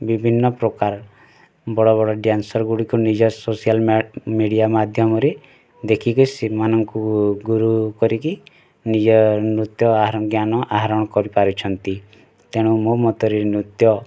ବିଭିନ୍ନ ପ୍ରକାର୍ ବଡ଼ ବଡ଼ ଡ଼୍ୟାନ୍ସର୍ଗୁଡ଼ିକୁ ନିଜ ସୋସିଆଲ୍ ମିଡ଼ିଆ ମାଧ୍ୟମରେ ଦେଖିକି ସେମାନଙ୍କୁ ଗୁରୁ କରିକି ନିଜର୍ ନୃତ୍ୟ ଆହରଣ ଜ୍ଞାନ ଆହରଣ କରି ପାରୁଛନ୍ତି ତେଣୁ ମୋ ମତରେ ନୃତ୍ୟ